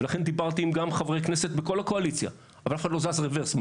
לכן גם דיברתי עם חברי כנסת בכל הקואליציה אבל אף אחד לא זז רברס,